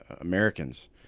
Americans